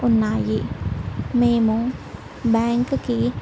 ఉన్నాయి మేము బ్యాంక్కి